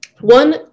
one